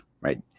right